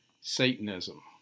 Satanism